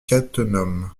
cattenom